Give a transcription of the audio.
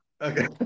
okay